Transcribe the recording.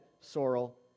sorrel